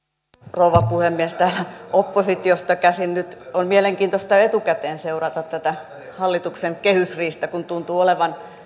rouva puhemies täältä oppositiosta käsin nyt on mielenkiintoista etukäteen seurata tätä hallituksen kehysriihtä kun tuntuu olevan